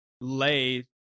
lay